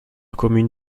commune